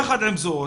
יחד עם זאת,